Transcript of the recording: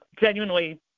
genuinely